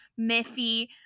Miffy